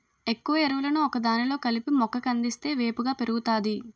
ఎక్కువ ఎరువులను ఒకదానిలో కలిపి మొక్క కందిస్తే వేపుగా పెరుగుతాది